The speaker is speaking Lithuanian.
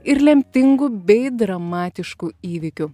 ir lemtingų bei dramatiškų įvykių